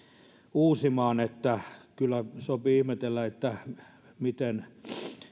uusimaan kyllä sopii ihmetellä miten